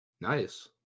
Nice